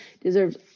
deserves